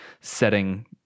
setting